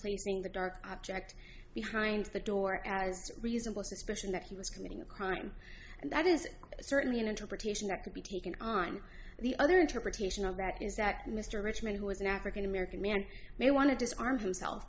placing the dark object behind the door as a reasonable suspicion that he was committing a crime and that is certainly an interpretation that could be taken on the other interpretation of that exact mr rich man who was an african american man may want to disarm himself